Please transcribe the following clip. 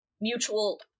mutual